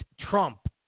Trump